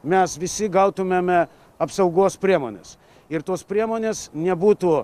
mes visi gautumėme apsaugos priemones ir tos priemonės nebūtų